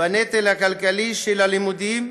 בנטל הכלכלי של הלימודים,